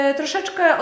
troszeczkę